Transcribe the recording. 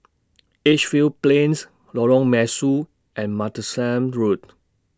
Edgefield Plains Lorong Mesu and Martlesham Road